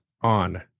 on